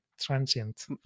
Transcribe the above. transient